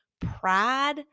pride